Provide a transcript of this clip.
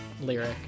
lyric